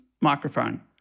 microphone